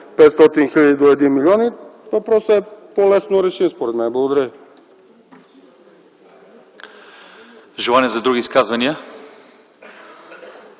500 000 до 1 милион” и въпросът е по-лесно решим, според мен. Благодаря